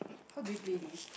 how do you play this